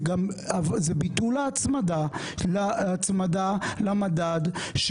זה ביטול ההצמדה למדד של